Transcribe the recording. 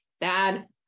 bad